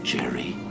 Jerry